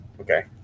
Okay